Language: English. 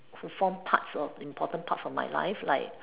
who form parts of important parts of my life like